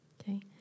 okay